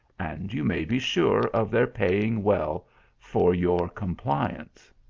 and you may be sure of their paying well for your compliance.